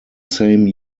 same